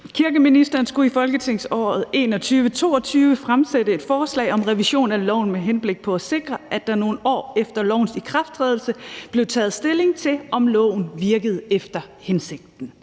Kirkeministeren skulle i folketingsåret 2021-22 fremsætte et forslag om revision af loven med henblik på at sikre, at der nogle år efter lovens ikrafttrædelse blev taget stilling til, om loven virkede efter hensigten.